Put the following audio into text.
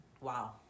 wow